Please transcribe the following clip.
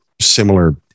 similar